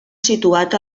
situat